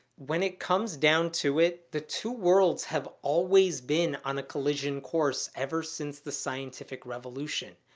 when it comes down to it, the two worlds have always been on a collision course ever since the scientific revolution.